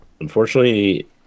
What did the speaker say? unfortunately